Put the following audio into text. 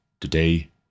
Today